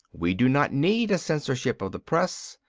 we do not need a censorship of the press.